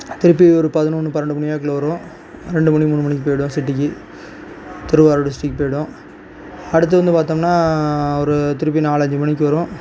திருப்பி ஒரு பதினொன்று பன்னெண்டு மணி வாக்கில் வரும் ரெண்டு மணி மூணு மணிக்கு போய்விடும் சிட்டிக்கு திருவாரூர் டிஸ்ட்ரிக் போய்விடும் அடுத்து வந்து பார்த்தோம்னா ஒரு திருப்பி நாலஞ்சு மணிக்கு வரும்